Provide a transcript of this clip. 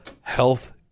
health